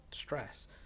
stress